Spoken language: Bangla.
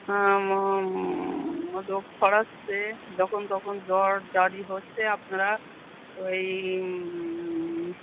হ্যা রোগ ছড়াচ্ছে যখন তখন জ্বর জারি হচ্ছে আপনারা ওই